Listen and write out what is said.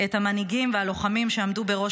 את המנהיגים והלוחמים שעמדו בראש